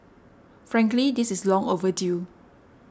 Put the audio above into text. frankly this is long overdue